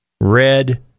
red